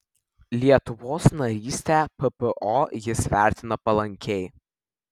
lietuvos narystę ppo jis vertina palankiai